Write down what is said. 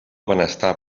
benestar